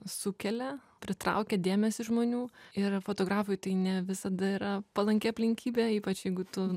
sukelia pritraukia dėmesį žmonių ir fotografui tai ne visada yra palanki aplinkybė ypač jeigu tu